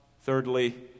Thirdly